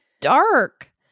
Dark